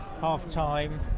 Half-time